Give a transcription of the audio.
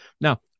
now